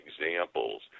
examples